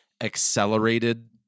accelerated